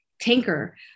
tanker